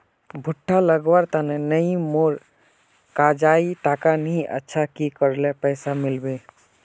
भुट्टा लगवार तने नई मोर काजाए टका नि अच्छा की करले पैसा मिलबे?